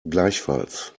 gleichfalls